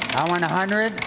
i want a hundred.